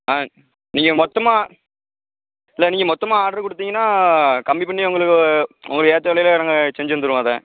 ஆ நீங்கள் மொத்தமாக இல்ல நீங்கள் மொத்தமாக ஆட்ரு கொடுத்தீங்கன்னா கம்மி பண்ணி உங்களுக்கு உங்களுக்கு ஏற்ற விலையில நாங்கள் செஞ்சு தந்துடுவோம் அதை